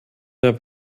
der